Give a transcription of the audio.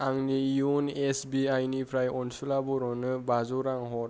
आंनि यन' एसबिआइ निफ्राय अनसुला बर'नो बाजौ रां हर